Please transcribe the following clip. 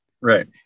Right